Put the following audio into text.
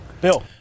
Bill